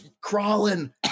crawling